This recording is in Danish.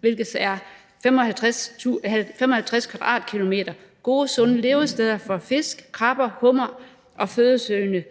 hvilket er 55 km². Det er gode, sunde levesteder for fisk, krabber, hummere og fødesøgende